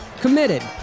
committed